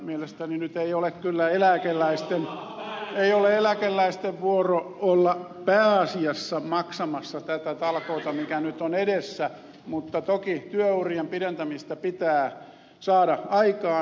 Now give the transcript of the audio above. mielestäni nyt ei ole kyllä eläkeläisten vuoro olla pääasiassa maksamassa tätä talkoota mikä nyt on edessä mutta toki työurien pidentämistä pitää saada aikaan